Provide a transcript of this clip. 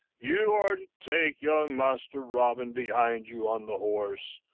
you are to take young master robin behind you on the horse,